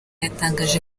yatangaje